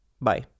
Bye